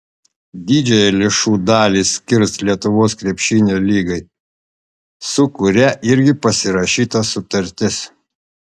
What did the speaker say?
didžiąją lėšų dalį skirs lietuvos krepšinio lygai su kuria irgi pasirašyta sutartis